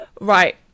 right